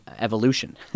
Evolution